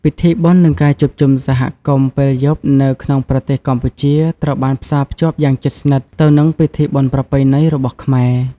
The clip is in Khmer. ពិធីបុណ្យ និងការជួបជុំសហគមន៍ពេលយប់នៅក្នុងប្រទេសកម្ពុជា ត្រូវបានផ្សារភ្ជាប់យ៉ាងជិតស្និទ្ធទៅនឹងពិធីបុណ្យប្រពៃណីរបស់ខ្មែរ។